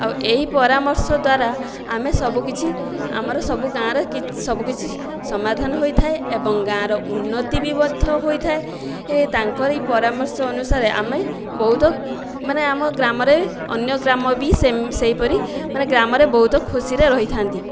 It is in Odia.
ଆଉ ଏହି ପରାମର୍ଶ ଦ୍ୱାରା ଆମେ ସବୁକିଛି ଆମର ସବୁ ଗାଁରେ ସବୁକିଛି ସମାଧାନ ହୋଇଥାଏ ଏବଂ ଗାଁର ଉନ୍ନତି ବି ମଧ୍ୟ ହୋଇଥାଏ ତାଙ୍କରି ପରାମର୍ଶ ଅନୁସାରେ ଆମେ ବହୁତ ମାନେ ଆମ ଗ୍ରାମରେ ଅନ୍ୟ ଗ୍ରାମବି ସେହିପରି ମାନେ ଗ୍ରାମରେ ବହୁତ ଖୁସିରେ ରହିଥାନ୍ତି